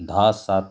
दहा सात